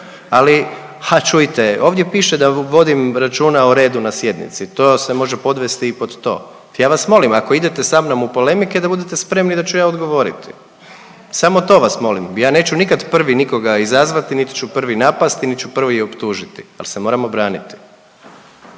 Ali, ha čujte ovdje piše da vodim računa o redu na sjednici to se može podvesti pod to. Ja vas molim ako idete sa mnom u polemike da budete spremi da ću ja odgovoriti, samo to vas molim. Ja neću nikad prvi nikoga izazvati, nit ću prvi napasti, nit ću prvi optužiti, al se moram obraniti.